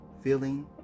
feeling